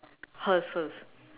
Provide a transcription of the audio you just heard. hers hers